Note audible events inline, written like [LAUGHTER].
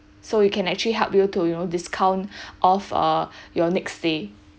so it can actually help you to you know discount [BREATH] off uh your next day